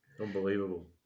Unbelievable